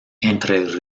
entre